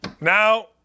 Now